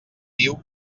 diu